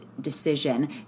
decision